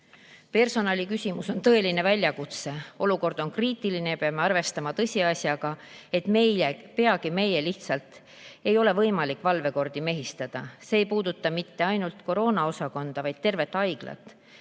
[---]Personali küsimus on tõeline väljakutse, olukord on kriitiline ja me peame arvestama tõsiasjaga, et peagi meil lihtsalt ei ole võimalust valvekordi mehitada. See ei puuduta mitte ainult koroonaosakondi, vaid tervet haiglat.